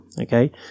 okay